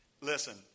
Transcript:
Listen